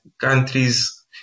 countries